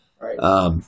Right